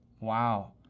Wow